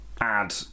add